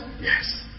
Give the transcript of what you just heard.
Yes